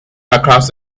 across